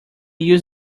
use